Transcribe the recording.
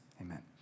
amen